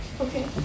Okay